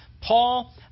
Paul